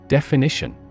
Definition